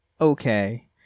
okay